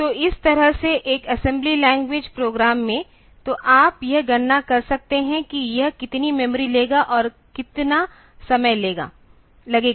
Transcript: तो इस तरह से एक असेंबली लैंग्वेज प्रोग्राम में तो आप यह गणना कर सकते हैं कि यह कितनी मेमोरी लेगा और कितना समय लगेगा